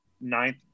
ninth